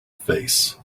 face